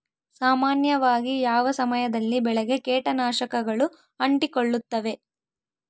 ಸಾಮಾನ್ಯವಾಗಿ ಯಾವ ಸಮಯದಲ್ಲಿ ಬೆಳೆಗೆ ಕೇಟನಾಶಕಗಳು ಅಂಟಿಕೊಳ್ಳುತ್ತವೆ?